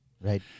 right